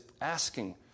asking